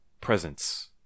presence